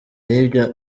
yibyo